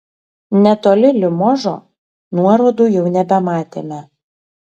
netoli limožo nuorodų jau nebematėme